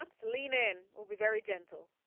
um so lean in will be very gentle